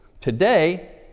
Today